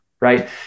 right